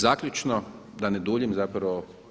Zaključno da ne duljim zapravo.